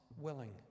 willing